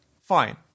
fine